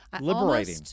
Liberating